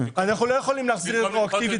אנחנו לא יכולים להחזיר רטרואקטיבית,